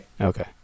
Okay